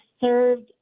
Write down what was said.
served